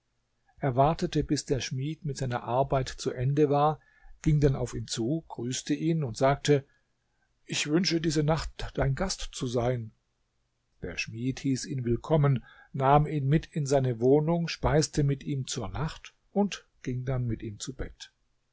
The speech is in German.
wartete bis der schmied mit seiner arbeit zu ende war ging dann auf ihn zu grüßte ihn und sagte ich wünsche diese nacht dein gast zu sein der schmied hieß ihn willkommen nahm ihn mit in seine wohnung speiste mit ihm zur nacht und ging dann mit ihm zu bett